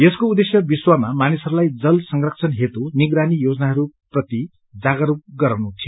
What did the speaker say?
यसको उद्देश्य विश्वमा मानिसहरूलाई जल संरक्षण हेतू निगरानी योजनाहरू प्रति जागरूक गराउनु थियो